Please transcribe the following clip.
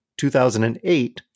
2008